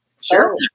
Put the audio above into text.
sure